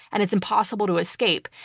and it's impossible to escape.